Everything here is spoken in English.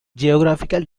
geographical